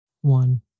One